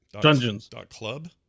dungeons.club